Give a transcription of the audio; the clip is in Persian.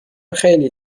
خیلی